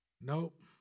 Nope